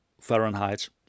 Fahrenheit